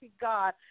God